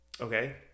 okay